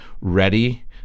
ready